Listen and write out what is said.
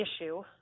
issue